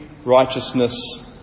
righteousness